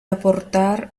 aportar